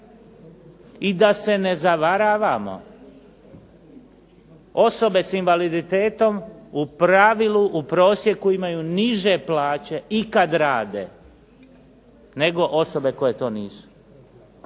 I da se ne zavaravamo, osobe s invaliditetom u pravilu u prosjeku imaju niže plaće i kad rade, nego osobe koje to nisu.